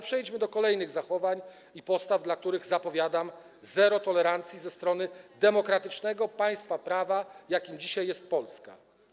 Przejdźmy do kolejnych zachowań i postaw, dla których zapowiadam zero tolerancji ze strony demokratycznego państwa prawa, jakim dzisiaj jest Polska.